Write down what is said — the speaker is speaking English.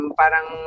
parang